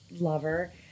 lover